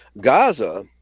gaza